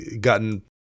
gotten